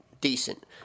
decent